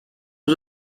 aux